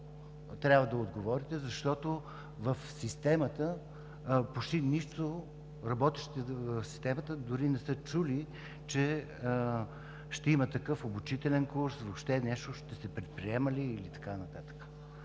трябва да отговорите, защото работещите в системата дори не са чули, че ще има такъв обучителен курс. Въобще нещо ще се предприема ли и така нататък?